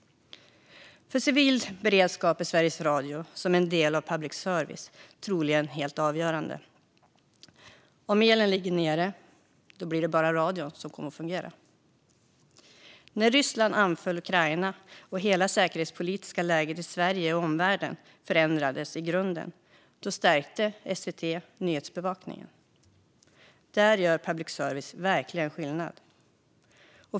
För civil beredskap är Sveriges Radio, som är en del av public service, troligen helt avgörande. Om elen ligger nere är det bara radion som fungerar. När Ryssland anföll Ukraina och hela det säkerhetspolitiska läget i Sverige och omvärlden förändrades i grunden stärkte SVT nyhetsbevakningen. Där gjorde public service verkligen skillnad.